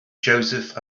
joseph